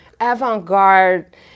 avant-garde